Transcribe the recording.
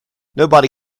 nobody